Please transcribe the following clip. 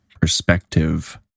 perspective